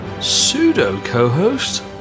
Pseudo-co-host